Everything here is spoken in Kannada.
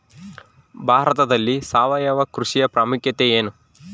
ಭಾರತದಲ್ಲಿ ಸಾವಯವ ಕೃಷಿಯ ಪ್ರಾಮುಖ್ಯತೆ ಎನು?